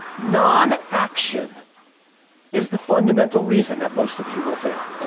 non-action is the fundamental reason that most of you will fail,